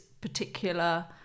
particular